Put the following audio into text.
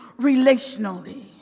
relationally